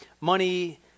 money